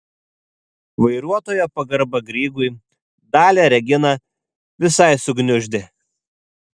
vairuotojo pagarba grygui dalią reginą visai sugniuždė